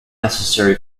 necessary